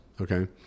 Okay